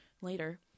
later